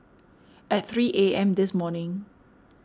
at three A M this morning